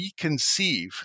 reconceive